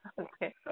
Okay